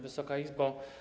Wysoka Izbo!